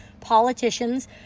politicians